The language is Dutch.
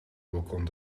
balkon